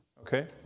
Okay